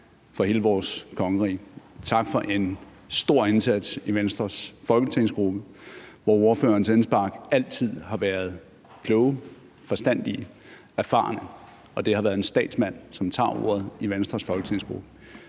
for hele vores kongerige. Tak for en stor indsats i Venstres folketingsgruppe, hvor ordførerens indspark altid har været kloge, forstandige og erfarne. Og det har været en statsmand, som tager ordet i Venstres folketingsgruppe.